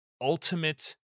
ultimate